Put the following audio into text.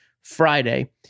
Friday